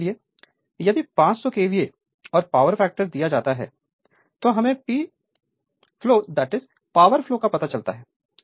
उदाहरण के लिए यदि 500 केवीए और पावर फैक्टर दिया जाता है तो हमें P फ्लो का पता चलता है